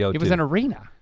yeah it it was an arena.